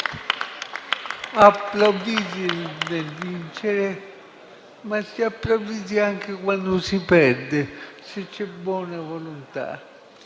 applauditi nel vincere, ma anche quando si perde se c'è buona volontà.